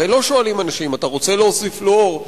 הרי לא שואלים אנשים: אתה רוצה להוסיף פלואור?